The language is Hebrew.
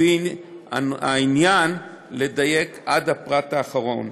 לפי העניין, לדייק עד הפרט האחרון.